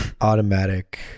automatic